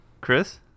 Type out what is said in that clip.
Chris